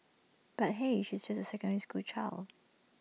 but hey she's just A secondary school child